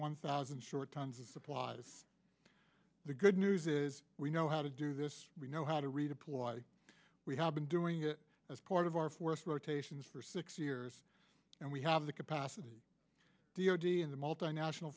one thousand short tons of supplies the good news is we know how to do this we know how to redeploy we have been doing it as part of our force rotations for six years and we have the capacity and the multinational